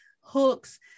hooks